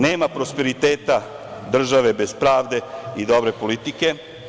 Nema prosperiteta države bez pravde i dobre politike.